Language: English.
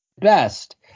best